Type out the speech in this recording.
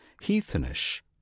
heathenish